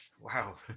Wow